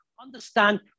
understand